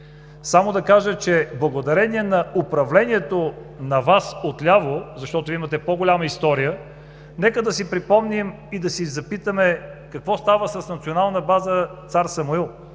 Ще кажа, че благодарение на управлението на Вас, отляво, защото имате по-голяма история, нека да си припомним и да се запитаме какво става с Националната база „Цар Самуил“